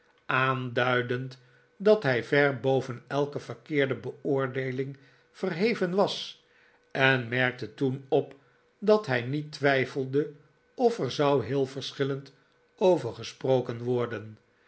aanduidend dat hij ver boven elke verkeerde beoordeeling verheven was en merkte toen op dat hij niet twijfelde of er zou heel verschillend over gesproken worden